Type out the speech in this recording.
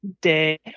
day